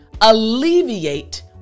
alleviate